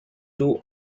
two